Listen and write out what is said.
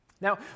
Now